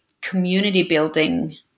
community-building